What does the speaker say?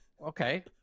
Okay